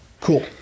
Cool